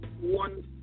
one